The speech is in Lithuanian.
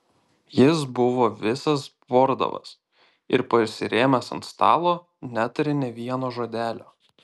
jis buvo visas bordavas ir pasirėmęs ant stalo netarė nė vieno žodelio